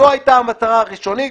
זו הייתה המטרה הראשונית.